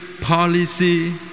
policy